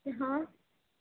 હા